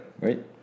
Right